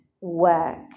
work